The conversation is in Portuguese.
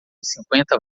cinquenta